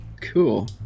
cool